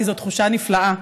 כי זו תחושה נפלאה.